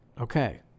Okay